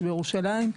יש בירושלים,